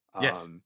yes